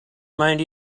mind